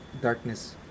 darkness